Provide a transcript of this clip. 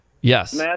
Yes